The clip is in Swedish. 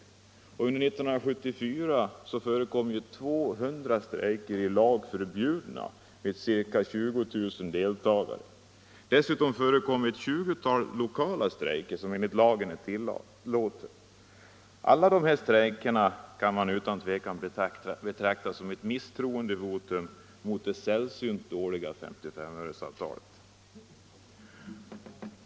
Under 1974 förekom 200 i lag förbjudna strejker med ca 20 000 deltagare. Dessutom förekom ett tjugotal lokala strejker som enligt lagen är tillåtna. Alla dessa strejker kan man utan tvivel beteckna som ett misstroendevotum mot det sällsynt dåliga 5SS-öresavtalet.